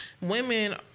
women